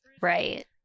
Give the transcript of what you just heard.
Right